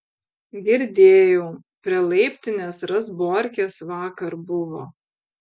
girdėjau prie laiptinės razborkės vakar buvo